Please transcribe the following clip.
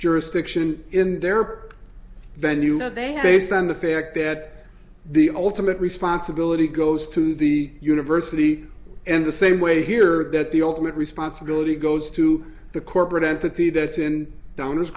jurisdiction in their venue no they have based on the fact that the ultimate responsibility goes to the university and the same way here that the old responsibility goes to the corporate entity that's in downers